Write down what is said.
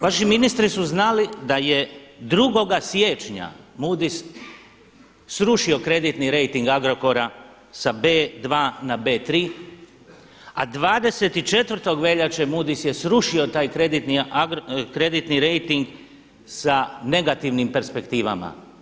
Vaši ministri su znali da je 2. siječnja Moodys srušio kreditni rejting Agrokora sa B2 na B3, a 24. veljače Moodys je srušio taj kreditni rejting sa negativnim perspektivama.